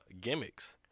gimmicks